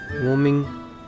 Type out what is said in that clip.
warming